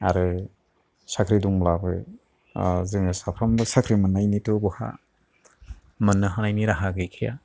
आरो साख्रि दंब्लाबो जोङो साफ्रामबोथ' साख्रि मोननायनिथ' बहा मोन्नो हानायनिथ' राहा गैखाया